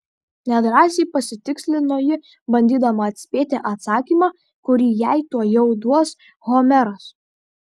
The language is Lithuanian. nedrąsiai pasitikslino ji bandydama atspėti atsakymą kurį jai tuojau duos homeras